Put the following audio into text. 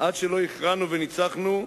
עד שלא הכרענו וניצחנו,